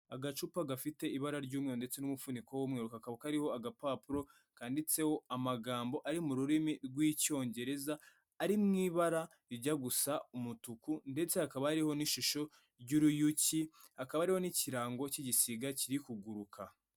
Ugacupa gafite ibara ry'umweru ndetse n'umufuniko w'umweru, kakaba kariho agapapuro kanditseho amagambo ari mu rurimi rw'icyongereza ari mu ibara rijya gusa umutuku ndetse hakaba hariho n'ishusho ry'uruyuki, hakaba hariho n'ikirango cy'igisiga kiri kuguruka.